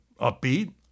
upbeat